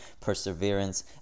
perseverance